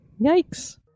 Yikes